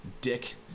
Dick